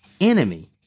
enemy